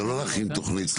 זה לא להכין תוכנית חלופית.